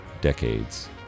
decades